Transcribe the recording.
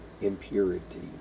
impurity